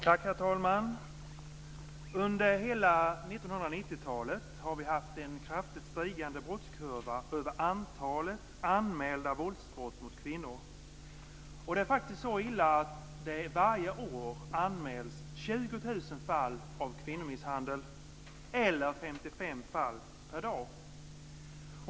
Herr talman! Under hela 1990-talet har vi haft en kraftigt stigande brottskurva över antalet anmälda våldsbrott mot kvinnor. Det är faktiskt så illa att det anmäls 20 000 fall varje år, eller 55 fall varje dag, av kvinnomisshandel.